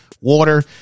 water